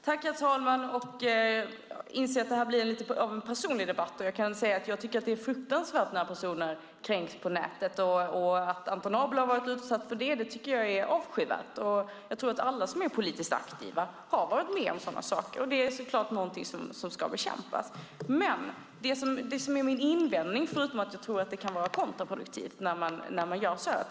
Herr talman! Jag inser att detta blir lite grann av en personlig debatt. Det är fruktansvärt när personer kränks på nätet. Att Anton Abele varit utsatt för det tycker jag är avskyvärt. Jag tror att alla som är politiskt aktiva har varit med om sådana saker, och det ska förstås bekämpas. Men jag tror att det kan vara kontraproduktivt när man gör så här.